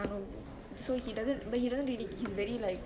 I don't knowso he doesn't but he doesn't really he's very like